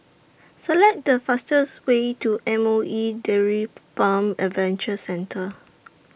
Select The fastest Way to M O E Dairy Farm Adventure Centre